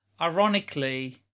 ironically